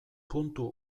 puntu